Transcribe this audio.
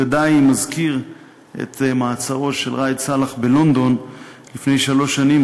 ודי אם נזכיר את מעצרו של ראאד סלאח בלונדון לפני שלוש שנים,